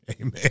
Amen